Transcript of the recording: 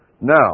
Now